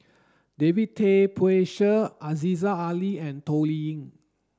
David Tay Poey Cher Aziza Ali and Toh Liying